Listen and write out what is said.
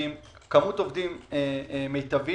ועם כמות עובדים מיטבית